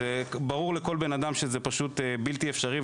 וברור לכל בן אדם שזה פשוט בלתי אפשרי,